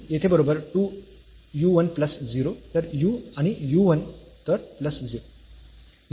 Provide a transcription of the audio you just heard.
आणि येथे बरोबर 2 u 1 प्लस 0 तर 2 आणि u 1 तर प्लस 0